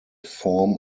form